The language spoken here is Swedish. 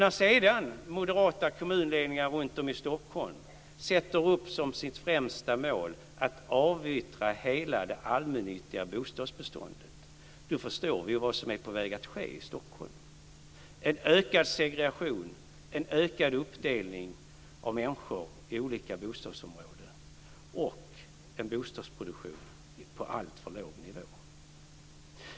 När sedan moderata kommunledningar runtom i Stockholm sätter upp som sitt främsta mål att avyttra hela det allmännyttiga bostadsbeståndet, då förstår vi vad som är på väg att ske i Stockholm; en ökad segregation, en ökad uppdelning av människor i olika bostadsområden och en bostadsproduktion på alltför låg nivå.